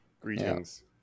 Greetings